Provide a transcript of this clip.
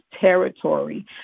territory